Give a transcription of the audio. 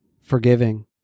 forgiving